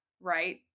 Right